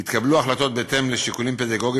יתקבלו החלטות בהתאם לשיקולים פדגוגיים